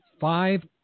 five